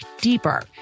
deeper